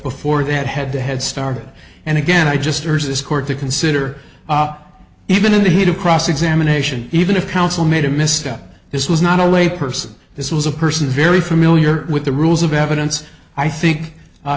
before that head to head start and again i just there's this court to consider even in the heat of cross examination even if counsel made a misstep this was not a lay person this was a person very familiar with the rules of evidence i think